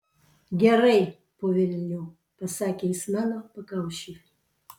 gerai po velnių pasakė jis mano pakaušiui